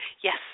Yes